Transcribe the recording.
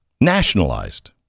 nationalized